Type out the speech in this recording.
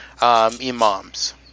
imams